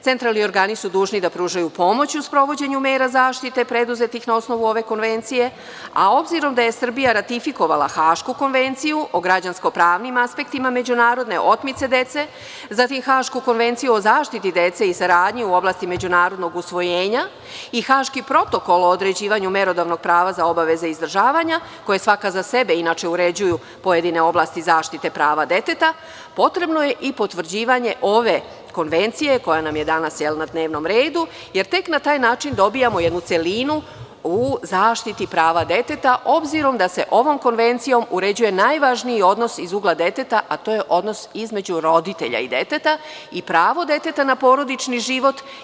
Centralni organi su dužni da pružaju pomoć u sprovođenju mera zaštite mere preduzetih na osnovu ove konvencije, a obzirom da je Srbija ratifikovala Hašku konvenciju o građansko pravnim aspektima međunarodne otmice dece, zatim Hašku konvenciju o zaštiti dece i saradnji u oblasti međunarodnog usvojenja i Haški protokol o određivanju merodavnog prava za obaveze izdržavanja koje svaka za sebe uređuje pojedine oblasti zaštite prava deteta, potrebno je i potvrđivanje ove konvencije koja nam je danas na dnevnom redu, jer tek na taj način dobijamo jednu celu u zaštiti prava deteta obzirom da se ovom konvencijom uređuje najvažniji odnos iz ugla deteta, a to je odnos između roditelja i deteta i pravo deteta na porodični život.